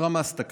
שרמס את הכנסת,